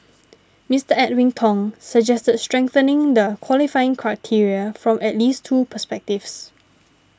Mister Edwin Tong suggested strengthening the qualifying criteria from at least two perspectives